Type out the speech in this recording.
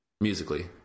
musically